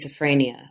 schizophrenia